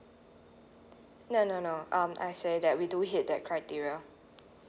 no no no um I say that we do hit that criteria